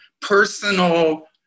personal